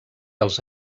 els